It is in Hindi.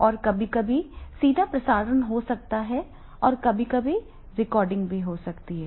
और कभी कभी सीधा प्रसारण हो सकता है और कभी कभी रिकॉर्डिंग भी हो सकती है